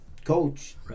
coach